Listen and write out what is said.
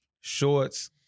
shorts